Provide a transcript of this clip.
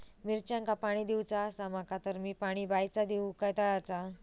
मिरचांका पाणी दिवचा आसा माका तर मी पाणी बायचा दिव काय तळ्याचा?